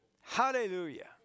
Hallelujah